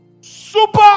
Super